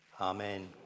Amen